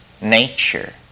nature